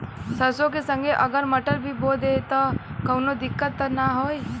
सरसो के संगे अगर मटर भी बो दी त कवनो दिक्कत त ना होय?